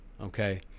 okay